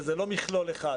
וזה לא מכלול אחד.